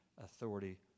authority